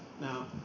now